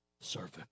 servant